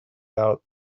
out